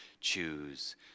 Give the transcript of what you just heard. choose